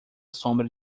sombra